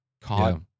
caught